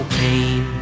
pain